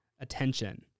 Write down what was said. attention